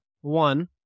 one